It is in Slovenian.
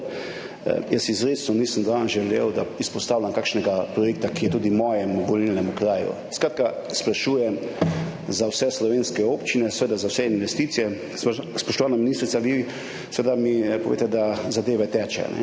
danes izrecno nisem želel izpostavljati kakšnega projekta, ki je tudi mojemu volilnemu okraju, in sprašujem za vse slovenske občine, seveda za vse investicije. Spoštovana ministrica, vi seveda mi poveste, da zadeve tečejo.